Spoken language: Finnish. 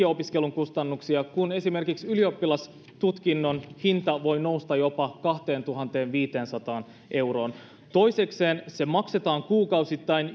opiskelun kustannuksia kun esimerkiksi ylioppilastutkinnon hinta voi nousta jopa kahteentuhanteenviiteensataan euroon toisekseen se maksetaan kuukausittain